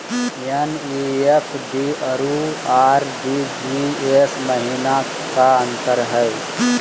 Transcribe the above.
NEFT अरु RTGS महिना का अंतर हई?